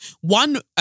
one